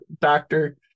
doctor